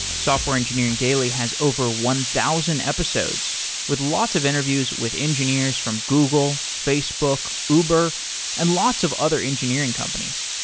software engineering daily has over one thousand episodes with lots of interviews with engineers from google, facebook, uber and lots of other engineering companies.